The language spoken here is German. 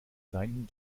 sein